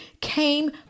came